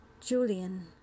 Julian